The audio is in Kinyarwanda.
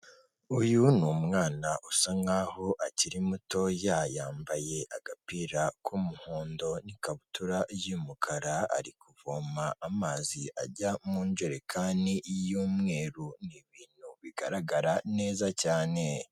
Uyu ni umwana usa nk'aho akiri mutoya, yambaye agapira k'umuhondo n'ikabutura y'umukara, ari kuvoma amazi ajya mu ijerekani y'umweru, ni ibintu bigaragara neza cyane.